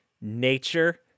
nature